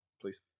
please